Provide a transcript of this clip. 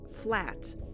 flat